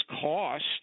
cost